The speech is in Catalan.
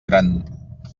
gran